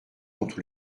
contre